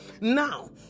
now